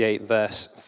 verse